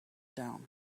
down